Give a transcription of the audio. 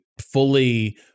fully